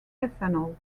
ethanol